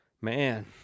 man